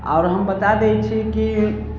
आओर हम बता दै छी कि